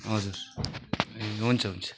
हजुर ए हुन्छ हुन्छ